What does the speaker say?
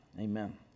Amen